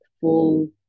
full